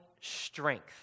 strength